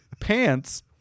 pants